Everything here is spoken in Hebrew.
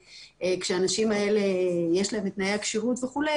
כשלאנשים האלה יש את תנאי הכשירות וכו',